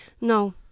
No